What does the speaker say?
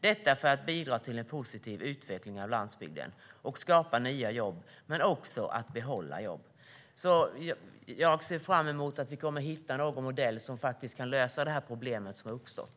Detta för att bidra till en positiv utveckling av landsbygden och skapa nya jobb men också behålla jobb. Jag ser fram emot att vi kommer att hitta en modell som kan lösa problemet som har uppstått.